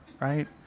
right